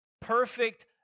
perfect